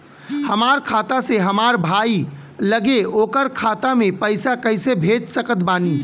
हमार खाता से हमार भाई लगे ओकर खाता मे पईसा कईसे भेज सकत बानी?